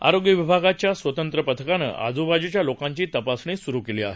आरोग्य विभागा च्या स्वतंत्र पथकाने आजूबाजूच्या लोकांची तपासणी सुरु केली आहे